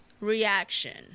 reaction